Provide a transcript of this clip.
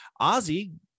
Ozzy